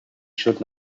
should